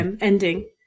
ending